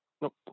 Nope